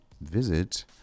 visit